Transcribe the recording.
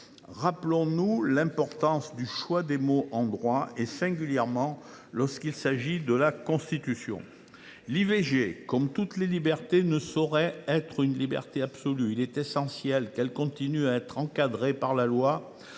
Rappelons nous l’importance du choix des mots en droit, singulièrement lorsqu’il s’agit de la Constitution. L’IVG, comme toutes les libertés, ne saurait être une liberté absolue. Il est essentiel qu’elle continue à être encadrée par la loi,